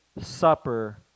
supper